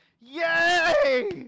Yay